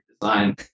design